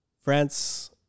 France